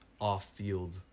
off-field